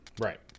Right